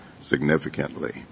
significantly